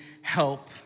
help